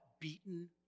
beaten